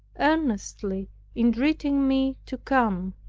earnestly entreating me to come,